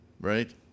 right